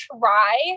try